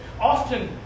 often